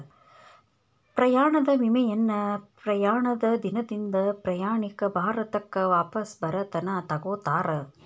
ಪ್ರಯಾಣದ ವಿಮೆಯನ್ನ ಪ್ರಯಾಣದ ದಿನದಿಂದ ಪ್ರಯಾಣಿಕ ಭಾರತಕ್ಕ ವಾಪಸ್ ಬರತನ ತೊಗೋತಾರ